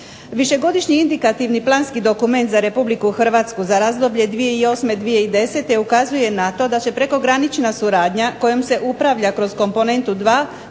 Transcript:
Višegodišnji indikativni planski dokument za RH za razdoblje 2008.-2010. ukazuje na to da će prekogranična suradnja kojom se upravlja kroz komponentu 2